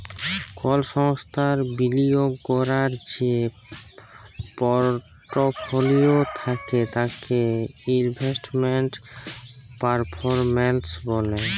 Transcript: call সংস্থার বিলিয়গ ক্যরার যে পরটফলিও থ্যাকে তাকে ইলভেস্টমেল্ট পারফরম্যালস ব্যলে